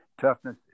toughness